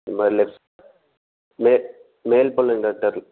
மெல்லெட்ஸ் மே மேல் பல்லுங்க டாக்டர்